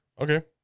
Okay